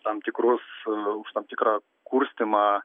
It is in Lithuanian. tam tikrus už tam tikrą kurstymą